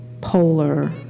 polar